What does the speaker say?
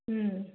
ம்